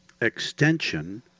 extension